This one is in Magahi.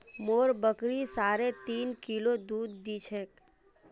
मोर बकरी साढ़े तीन किलो दूध दी छेक